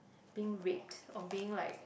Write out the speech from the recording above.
being raped or being like